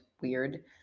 weird